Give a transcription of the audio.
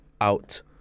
out